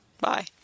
bye